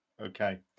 okay